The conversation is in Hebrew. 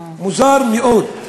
מוזר מאוד.